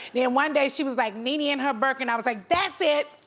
then one day she was like, nene and her birk. and i was like, that's it,